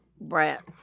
brat